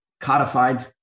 codified